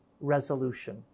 resolution